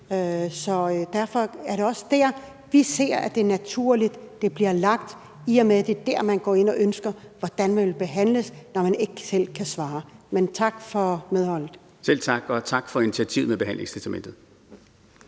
Derfor er det også der, vi ser at det er naturligt at det bliver lagt, i og med at det er der, man går ind og ønsker, hvordan man vil behandles, når man ikke selv kan svare. Men tak for medholdet. Kl. 13:15 Nils Sjøberg (RV): Selv tak, og tak for initiativet med behandlingstestamentet.